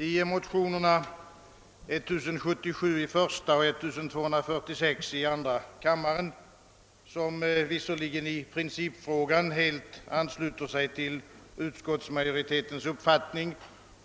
I motionerna nr 1077 i första kammaren och 1246 i andra kammaren ansluter vi motionärer oss i principfrågan helt till utskottsmajoritetens uppfattning